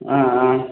ஆ ஆ